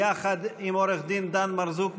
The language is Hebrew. יחד עם עו"ד דן מרזוק,